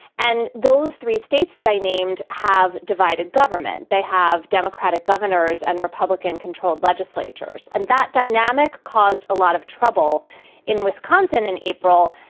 and those three states that i named have divided government. they have democratic governors and republican controlled legislatures. and that dynamic caused a lot of trouble in wisconsin in april.